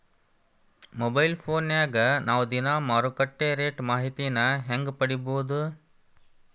Mobile ಫೋನ್ಯಾಗ ನಾವ್ ದಿನಾ ಮಾರುಕಟ್ಟೆ ರೇಟ್ ಮಾಹಿತಿನ ಹೆಂಗ್ ಪಡಿಬೋದು?